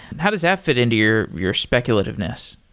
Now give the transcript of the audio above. how does that fit into your your speculativeness?